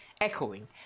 echoing